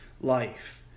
life